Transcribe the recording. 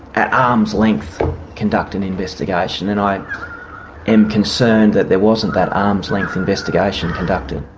at arm's length conduct an investigation. and i am concerned that there wasn't that arm's length investigation conducted.